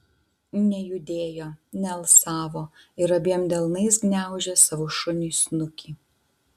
nejudėjo nealsavo ir abiem delnais gniaužė savo šuniui snukį